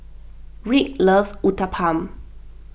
Rick loves Uthapam